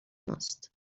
ماست